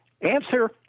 Answer